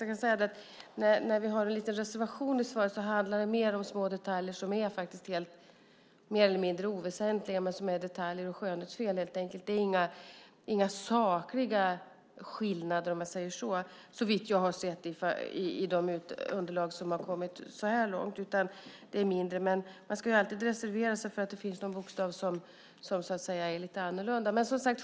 Jag kan säga att den lilla reservation vi har i svaret handlar om detaljer som är mer eller mindre oväsentliga; det är fråga om detaljer och skönhetsfel helt enkelt. Det är inga sakliga skillnader, om jag säger så, såvitt jag sett av de underlag som kommit hittills. Man ska dock alltid reservera sig för att det kan finnas någon bokstav som är lite annorlunda.